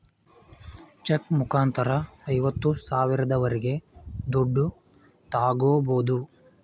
check ಮುಖಾಂತರ ಐವತ್ತು ಸಾವಿರದವರೆಗೆ ದುಡ್ಡು ತಾಗೋಬೋದು